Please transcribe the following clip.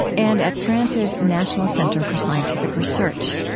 and at france's national center for scientific research.